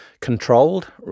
controlled